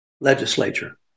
legislature